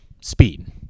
Speed